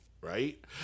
right